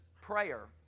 prayer